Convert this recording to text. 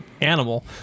animal